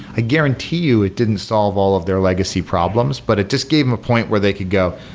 i guarantee you it didn't solve all of their legacy problems, but it just gave them a point where they could go,